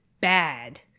bad